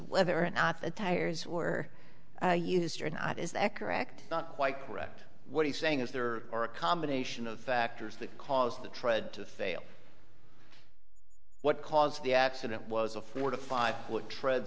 whether or not the tires were used or not is that correct not quite correct what he's saying is there are a combination of factors that cause the tread to fail what caused the accident was a four to five foot tread